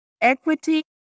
equity